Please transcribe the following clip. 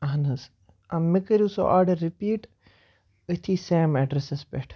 اہَن حظ مےٚ کریاو سُہ آڈر رِپیٖٹ أتھی سیم ایڈرَسس پٮ۪ٹھ